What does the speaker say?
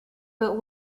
but